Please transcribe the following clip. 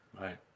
Right